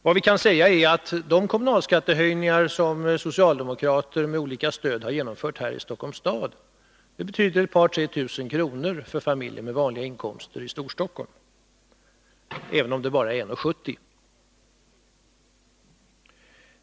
Vad vi kan säga är att den kommunalskattehöjning som socialdemokraterna med stöd från olika håll genomfört i Stockholms kommun betyder ett par tre tusen för familjer med vanliga inkomster i Storstockholm, även om den bara uppgick till 1:70.